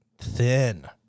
thin